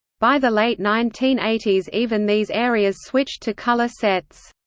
by the late nineteen eighty s even these areas switched to color sets.